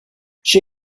she